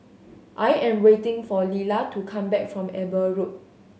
I am waiting for Lilla to come back from Eber Road